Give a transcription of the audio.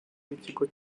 b’ikigo